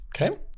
Okay